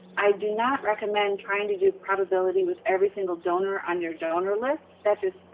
i do not recommend trying to do probability with every single donor on your donor list. that just